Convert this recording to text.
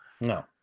No